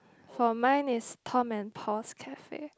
for mine is Tom and Paul's Cafe